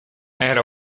era